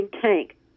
tank